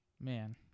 Man